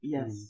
Yes